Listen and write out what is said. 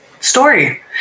story